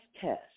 test